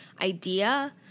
idea